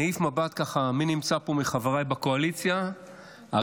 אני אעיף מבט ככה מי מחבריי בקואליציה נמצא פה,